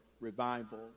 Revival